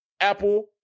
Apple